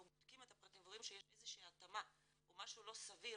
בודקים את הפרטים ורואים שיש איזו שהיא אי התאמה או משהו לא סביר,